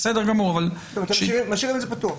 אתה משאיר את זה פתוח.